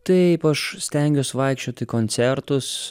taip aš stengiuos vaikščiot į koncertus